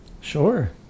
Sure